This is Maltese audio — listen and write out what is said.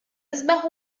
isbaħ